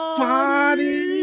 party